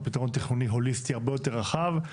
פתרון תכנוני הוליסטי הרבה יותר רחב.